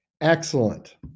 Excellent